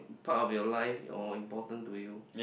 part of your life your important to you